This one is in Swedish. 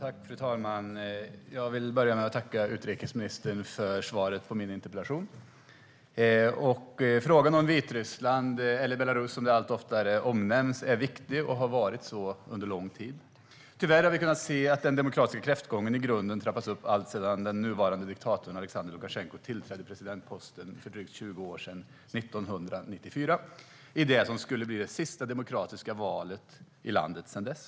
Fru talman! Jag vill börja med att tacka utrikesministern för svaret på min interpellation. Frågan om Vitryssland, eller Belarus som landet allt oftare omnämns, är viktig och har så varit under lång tid. Tyvärr har vi kunnat se att den demokratiska kräftgången i grunden trappats upp alltsedan den nuvarande diktatorn Aleksandr Lukasjenko tillträdde presidentposten för drygt 20 år sedan, 1994, i det som skulle bli det sista demokratiska valet i landet sedan dess.